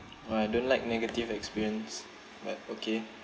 ah I don't like negative experience but okay